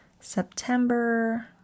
september